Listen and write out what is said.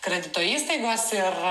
kredito įstaigos ir